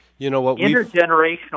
Intergenerational